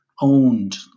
owned